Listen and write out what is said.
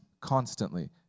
constantly